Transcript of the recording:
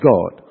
God